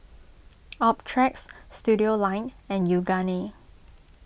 Optrex Studioline and Yoogane